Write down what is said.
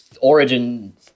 origin